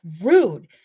rude